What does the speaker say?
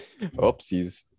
Oopsies